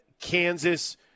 Kansas